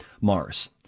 Mars